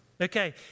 Okay